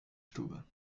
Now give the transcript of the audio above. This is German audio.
stube